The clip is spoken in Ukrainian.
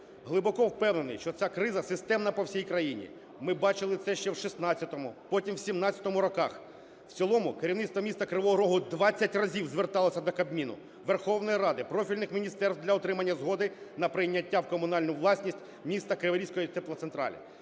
Глибоко впевнений, що ця криза системна по всій країні. Ми бачили це ще в 16-му, потім в 17-му роках. В цілому керівництво міста Кривого Рогу 20 разів зверталося до Кабміну, Верховної Ради, профільних міністерств для отримання згоди на прийняття в комунальну власність міської "Криворізької теплоцентралі".